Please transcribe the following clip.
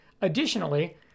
Additionally